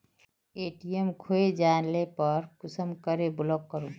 ATM खोये जाले पर कुंसम करे ब्लॉक करूम?